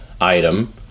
item